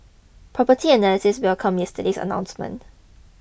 property analysts welcomed yesterday's announcement